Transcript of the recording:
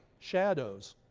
shadows.